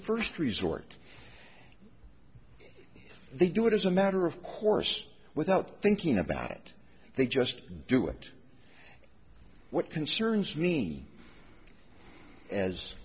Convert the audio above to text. first resort they do it as a matter of course without thinking about it they just do it what concerns me as